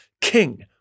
King